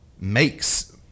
makes